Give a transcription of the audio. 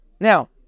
Now